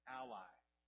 allies